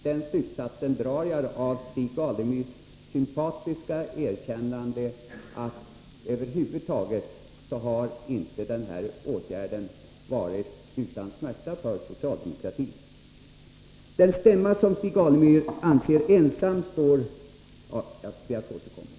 Den slutsatsen drar jag av Stig Alemyrs sympatiska erkännande att det inte har varit utan smärta som socialdemokratin har föreslagit denna åtgärd.